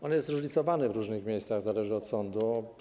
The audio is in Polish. On jest zróżnicowany w różnych miejscach, to zależy od sądu.